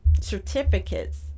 certificates